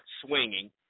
Swinging